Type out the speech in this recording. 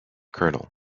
kernel